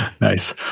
Nice